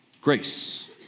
grace